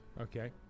Okay